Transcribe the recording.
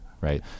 right